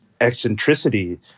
eccentricity